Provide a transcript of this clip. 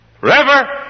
Forever